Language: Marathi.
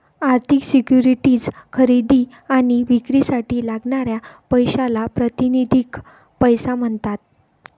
आर्थिक सिक्युरिटीज खरेदी आणि विक्रीसाठी लागणाऱ्या पैशाला प्रातिनिधिक पैसा म्हणतात